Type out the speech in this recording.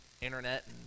internet